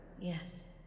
Yes